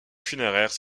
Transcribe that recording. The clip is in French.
funéraire